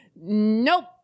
nope